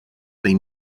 been